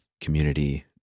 community